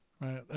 Right